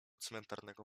cmentarnego